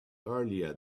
earlier